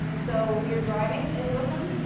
and so you're driving in brooklyn?